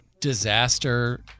disaster